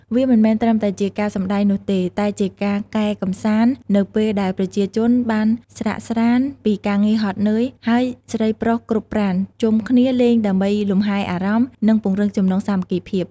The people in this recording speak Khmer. វាមិនមែនត្រឹមតែជាការសម្តែងនោះទេ តែជាការកែកម្សាន្តនៅពេលដែលប្រជាជនបានស្រាកស្រាន្តពីការងារហត់នឿយ ហើយស្រីប្រុសគ្រប់ប្រាណជុំគ្នាលេងដើម្បីលំហែអារម្មណ៍ និងពង្រឹងចំណងសាមគ្គីភាព។